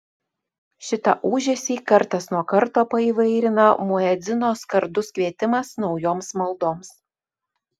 šitą ūžesį kartas nuo karto paįvairina muedzino skardus kvietimas naujoms maldoms